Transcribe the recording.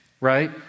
right